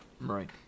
Right